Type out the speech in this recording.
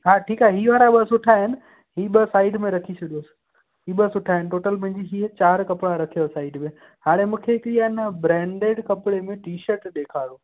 हा ठीकु आहे हीअ वारा ॿ सुठा आहिनि हीअ ॿ साइड में रखी छॾियोसि हीअ ॿ सुठा आहिनि टोटल मुंहिंजी हीअ चारि कपिड़ा रखियो साइड में हाणे मूंखे हिकिड़ी आहे न ब्रांडेड कपिड़े में टी शर्ट ॾेखारियो